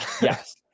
Yes